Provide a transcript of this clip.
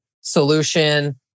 solution